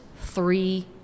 three